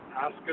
ask